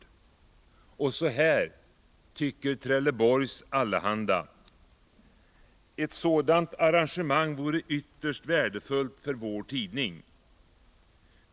Och så här tycker Trelleborgs Allehanda: ”Ett sådant arrangemang vore ytterst värdefullt för vår tidning.